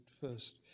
first